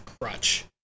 crutch